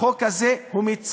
החוק הזה מצמצם